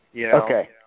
Okay